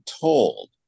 told